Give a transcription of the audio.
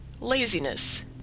laziness